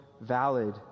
valid